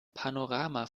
panorama